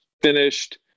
finished